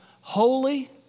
holy